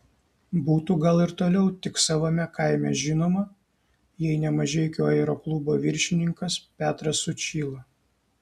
būtų gal ir toliau tik savame kaime žinoma jei ne mažeikių aeroklubo viršininkas petras sučyla